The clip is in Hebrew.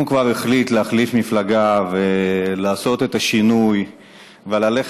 אם הוא כבר החליט להחליף מפלגה ולעשות את השינוי וללכת